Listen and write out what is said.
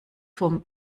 vom